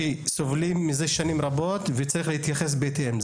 שסובלים מזה שנים רבות וצריך להתייחס לזה בהתאם.